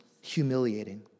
humiliating